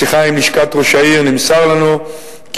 בשיחה עם לשכת ראש העיר נמסר לנו כי